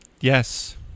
Yes